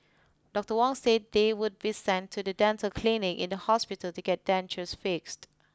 Doctor Wong said they would be sent to the dental clinic in the hospital to get dentures fixed